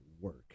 work